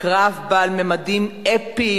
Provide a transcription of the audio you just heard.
קרב בעל ממדים אפיים,